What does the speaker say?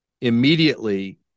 immediately